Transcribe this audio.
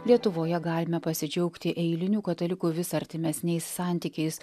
lietuvoje galime pasidžiaugti eilinių katalikų vis artimesniais santykiais